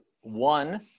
one